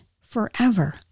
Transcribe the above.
forever